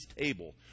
table